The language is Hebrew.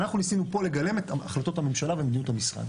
אנחנו ניסינו פה לגלם את החלטות הממשלה ומדיניות המשרד.